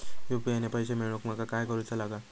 UPI ने पैशे मिळवूक माका काय करूचा लागात?